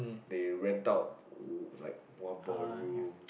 they rent out like one ballroom